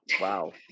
Wow